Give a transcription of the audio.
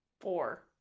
Four